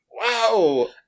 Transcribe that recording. Wow